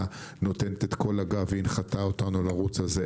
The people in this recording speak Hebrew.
נותנת את כל הגב והיא הנחתה אותנו לרוץ על זה.